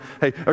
Hey